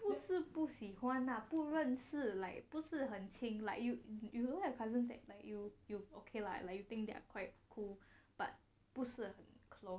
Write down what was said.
不是不喜欢啦不认识 like 不是很亲 like you you have cousins that like you you okay lah like you think that are quite cool but 不是很 close